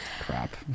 Crap